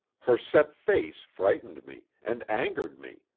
her set face frightened me, and angered me,